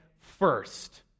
first